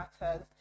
matters